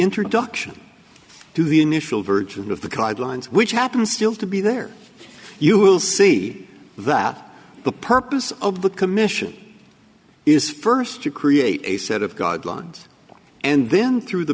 introduction to the initial version of the card lines which happen still to be there you will see that the purpose of the commission is first to create a set of guidelines and then through the